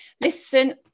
listen